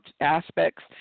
aspects